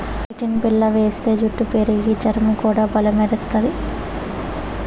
keratin బిల్ల వేస్తే జుట్టు పెరిగి, చర్మం కూడా బల్లే మెరస్తది